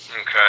Okay